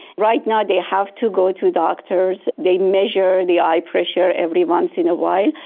right now they have to go to doctors, they measure the eye pressure every once in a while.